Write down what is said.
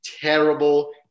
Terrible